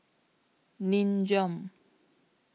Nin Jiom